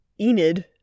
Enid